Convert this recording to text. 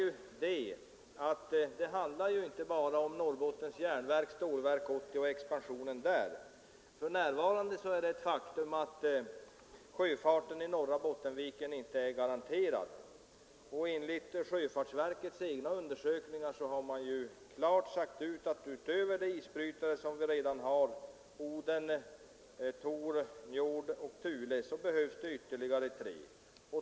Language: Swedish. Vidare handlar det inte bara om Norrbottens järnverk och stålverk och expansionen där. För närvarande är det ett faktum att sjöfarten i norra Bottenviken inte är garanterad. Efter sjöfartsverkets egna undersökningar har man klart sagt ut att utöver de isbrytare som vi redan har — Oden, Tor, Njord och Thule — behövs ytterligare tre.